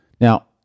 Now